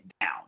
down